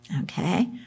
Okay